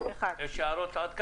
האם יש הערות עד כאן?